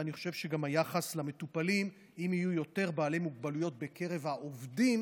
ואני חושב שאם יהיו יותר בעלי מוגבלויות בקרב העובדים,